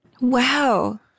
wow